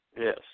Yes